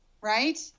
right